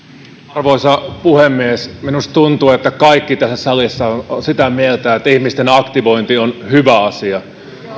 arvoisa puhemies minusta tuntuu että kaikki tässä salissa ovat sitä mieltä että ihmisten aktivointi on hyvä asia